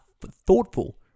thoughtful